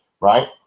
right